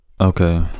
Okay